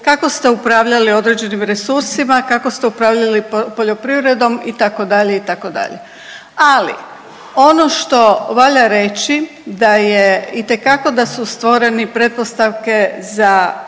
Kako ste upravljali određenim resursima, kako ste upravljali poljoprivredom itd., itd. Ali ono što valja reći da je itekako da su stvoreni pretpostavke za